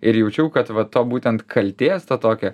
ir jaučiau kad va to būtent kaltės ta tokia